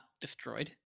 destroyed